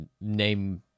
name